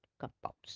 compounds